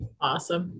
Awesome